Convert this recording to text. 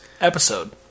episode